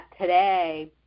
today